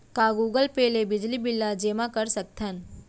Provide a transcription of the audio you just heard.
का Google Pay ले बिजली बिल ल जेमा कर सकथन?